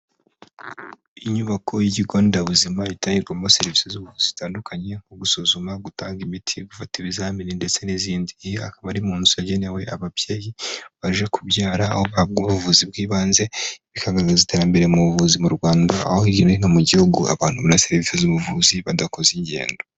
Inyubako y'ikigo nderabuzima itangirwamo serivisi z'ubuvuzi zitandukanye, nko gusuzuma, gutanga imiti, gufata ibizamini ndetse n'izindi. Iyi akaba ari imwe mu nzu yagenewe ababyeyi baje kubyara, aho bahabwa ubuvuzi bw'ibanze, bikagaragaza iterambere mu buvuzi mu Rwanda, aho hirya no hino mu gihugu abantu babona serivisi z'ubuvuzi, badakoze ingendo.